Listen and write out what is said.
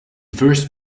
first